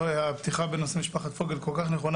הפתיחה בנושא משפחת פוגל כל כך נכונה,